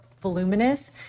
voluminous